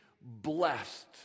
blessed